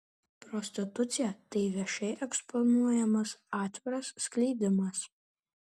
prostitucija tai viešai eksponuojamas atviras skleidimas